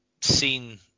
seen